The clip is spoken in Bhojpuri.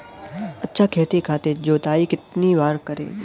अच्छा खेती खातिर जोताई कितना बार करे के चाही?